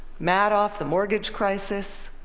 madoff, the mortgage crisis.